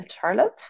Charlotte